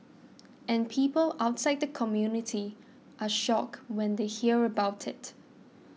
and people outside the community are shocked when they hear about it